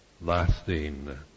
lasting